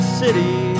city